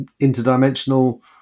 interdimensional